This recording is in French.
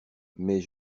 mais